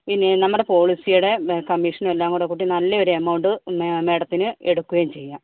പിന്നേ നമ്മുടെ പോളിസിയുടെ കമ്മീഷനും എല്ലാംകൂടെ കൂട്ടി നല്ലൊരു എമൌണ്ട് മാഡത്തിന് എടുക്കുകയും ചെയ്യാം